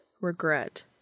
regret